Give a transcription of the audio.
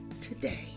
today